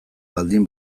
baldin